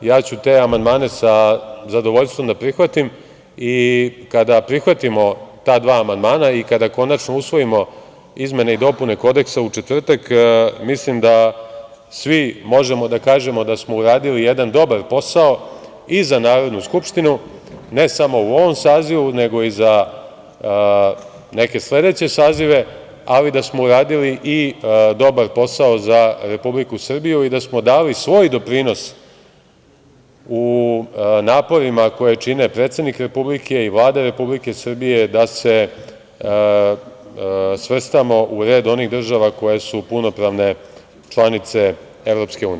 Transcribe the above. Ja ću te amandmane sa zadovoljstvom da prihvatim i kada prihvatimo ta dva amandmana i kada konačno usvojimo izmene i dopune Kodeksa u četvrtak, mislim da svi možemo da kažemo da smo uradili jedan dobar posao i za Narodnu skupštinu, ne samo u ovom Sazivu, nego i za neke sledeće sazive, ali da smo uradili i dobar posao za Republiku Srbiju i da smo dali svoj doprinos u naporima koje čine predsednik Republike i Vlada Republike Srbije, da se svrstamo u red onih država koje su punopravne članice EU.